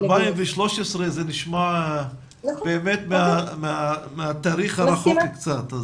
2013 זה נשמע באמת תאריך רחוק קצת.